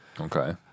Okay